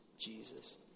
Jesus